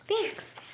Thanks